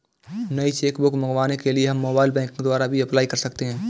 नई cheque book मंगवाने के लिए हम मोबाइल बैंकिंग द्वारा भी अप्लाई कर सकते है